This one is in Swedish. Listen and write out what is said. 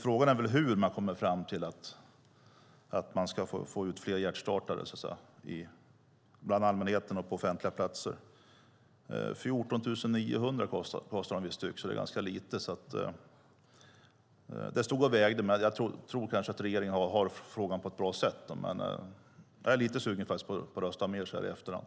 Frågan är hur man kommer fram till att få ut fler hjärtstartare bland allmänheten och på offentliga platser. De kostar visst 14 900 kronor styck, och det är ganska lite. Det stod och vägde, men jag tror kanske att regeringen behandlar frågan på ett bra sätt. Jag är faktiskt lite sugen på att rösta med er så här i efterhand.